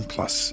Plus